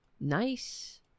nice